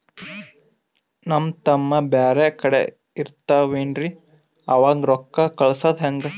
ನಮ್ ತಮ್ಮ ಬ್ಯಾರೆ ಕಡೆ ಇರತಾವೇನ್ರಿ ಅವಂಗ ರೋಕ್ಕ ಕಳಸದ ಹೆಂಗ?